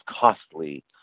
costly